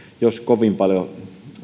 jos kovin paljon